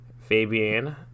Fabian